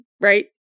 right